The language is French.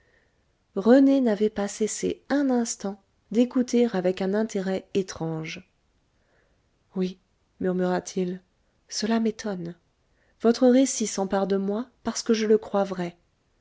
rené n'avait pas cessé un instant d'écouter avec un intérêt étrange oui murmura-t-il cela m'étonne votre récit s'empare de moi parce que je le crois vrai